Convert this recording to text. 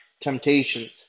temptations